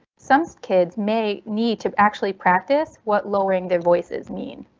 some kids may need to actually practice what lowering their voices means.